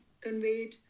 conveyed